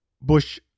Bush